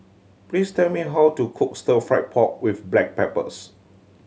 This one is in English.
please tell me how to cook Stir Fry pork with black peppers